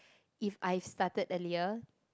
if I started earlier